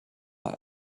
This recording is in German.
mal